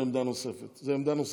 עמדה נוספת,